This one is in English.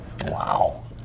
Wow